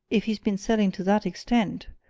if he's been selling to that extent,